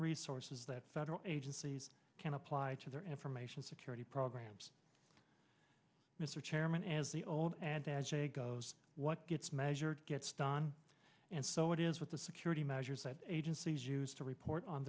resources that federal agencies can apply to their information security programs mr chairman as the old adage a goes what gets measured gets done and so it is with the security measures that agencies use to report on